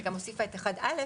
וגם הוסיפה את 1א,